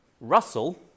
Russell